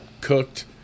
cooked